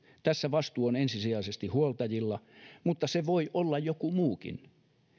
tässä vastuu on ensisijaisesti huoltajilla mutta se voi olla joku muukin